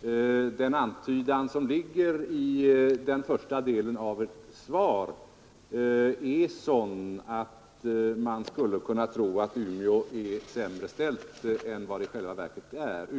färger. Den antydan som ligger i första delen av herr Ullstens anförande gör att man kan tro att det är sämre ställt i Umeå universitet än vad det i själva verket är.